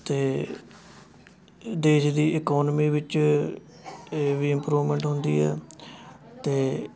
ਅਤੇ ਦੇਸ਼ ਦੀ ਈਕੋਨਮੀ ਵਿੱਚ ਇਹ ਵੀ ਇੰਮਪਰੂਵਮੈਂਟ ਹੁੰਦੀ ਹੈ ਅਤੇ